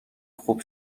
خوب